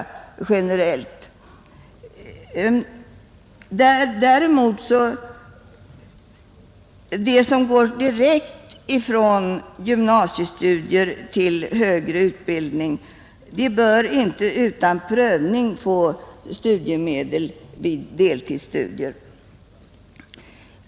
Däremot bör de som går direkt från gymnasiestudier till högre utbildning inte utan prövning få studiemedel vid deltidsstudier.